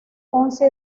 once